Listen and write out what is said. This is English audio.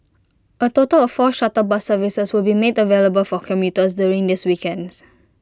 A total of four shuttle bus services will be made available for commuters during these weekends